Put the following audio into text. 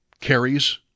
carries